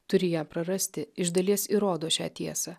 turi ją prarasti iš dalies įrodo šią tiesą